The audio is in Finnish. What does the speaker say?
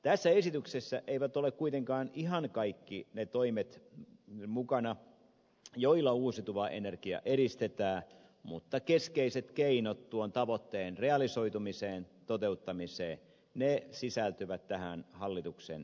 tässä esityksessä eivät ole kuitenkaan ihan kaikki ne toimet mukana joilla uusiutuvaa energiaa edistetään mutta keskeiset keinot tuon tavoitteen realisoitumiseen toteuttamiseen sisältyvät tähän hallituksen esitykseen